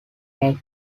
make